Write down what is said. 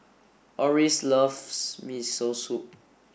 Oris loves Miso Soup